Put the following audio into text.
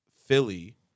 Philly